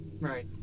Right